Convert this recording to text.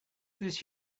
this